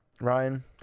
Ryan